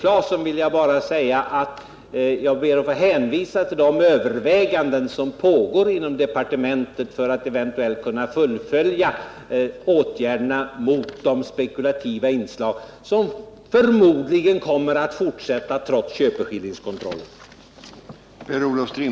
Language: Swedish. När det gäller Tore Claeson vill jag bara hänvisa till de överväganden som pågår inom departementet och som syftar till att fullfölja åtgärderna mot de spekulativa inslag som förmodligen kommer att finnas även i fortsättningen trots köpeskillingskontrollen.